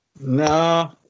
No